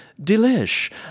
Delish